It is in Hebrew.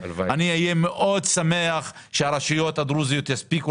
אני אהיה מאוד שמח שהרשויות הדרוזיות הספיקו